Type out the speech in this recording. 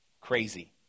Crazy